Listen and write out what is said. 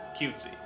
cutesy